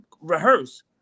rehearse